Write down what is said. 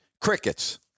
Crickets